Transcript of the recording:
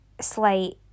slight